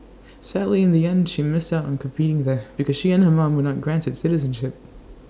sadly in the end she missed out on competing there because she and her mom were not granted citizenship